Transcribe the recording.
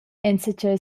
enzatgei